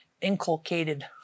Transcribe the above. inculcated